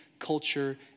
culture